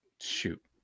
shoot